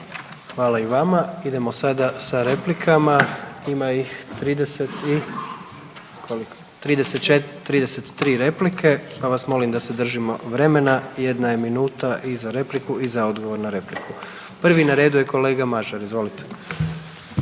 Hvala i vama. Idemo sada sa replikama, ima ih 34. 33 replike pa vas molim da se držimo vremena. Jedna je minuta i za repliku i za odgovor na repliku. Prvi na redu je kolega Mažar, izvolite.